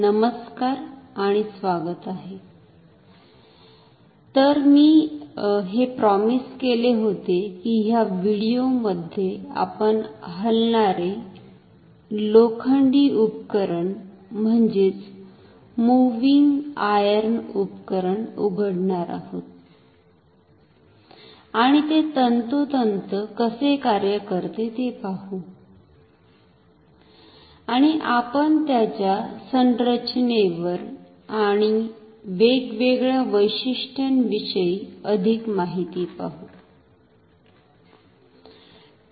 नमस्कार आणि स्वागत आहे तर मी हे प्रॉमिस केले होते की ह्या व्हिडीओ मध्ये आपण हलणारे लोखंडी उपकरण म्हणजेच मुव्हिंग आयर्न उपकरण उघडणार आहोत आणि ते तंतोतंत कसे कार्य करते ते पाहू आणि आपण त्याच्या संरचनेवर आणि वेगवेगळ्या वैशिष्टांविषयी अधिक माहिती पाहु